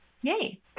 yay